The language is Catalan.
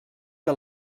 que